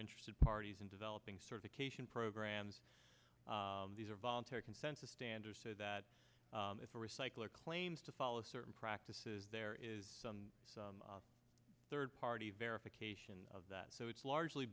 interested parties in developing certification programs these are voluntary consensus standards so that if a recycler claims to follow certain practices there is some third party verification of that so it's largely